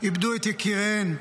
איבדו את יקיריהן.